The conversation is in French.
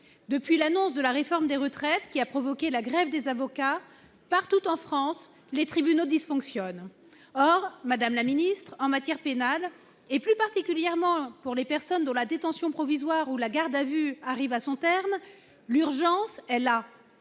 Depuis l'annonce de la réforme des retraites qui a provoqué la grève des avocats, les tribunaux dysfonctionnent partout en France. Or, en matière pénale, et plus particulièrement pour les personnes dont la détention provisoire ou la garde à vue arrive à son terme, l'urgence est là.